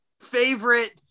favorite